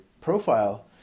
profile